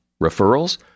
Referrals